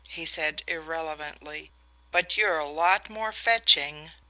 he said irrelevantly but you're a lot more fetching.